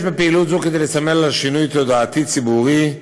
יש בפעילות זו כדי לסמל שינוי תודעתי ציבורי,